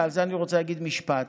ועל זה אני רוצה להגיד משפט: